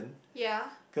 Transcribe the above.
ya